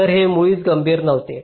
तर हे मुळीच गंभीर नव्हते